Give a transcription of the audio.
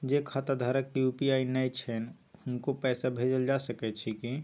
जे खाता धारक के यु.पी.आई नय छैन हुनको पैसा भेजल जा सकै छी कि?